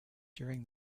during